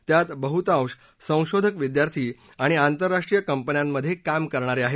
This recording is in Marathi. त्यात बहुतांश संशोधक विद्यार्थी आणि आंतरराष्ट्रीय कंपन्यांमधे काम करणारे आहेत